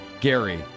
Gary